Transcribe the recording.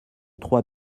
trois